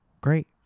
Great